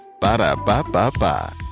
Ba-da-ba-ba-ba